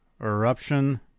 Eruption